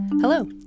Hello